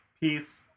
peace